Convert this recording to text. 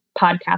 podcast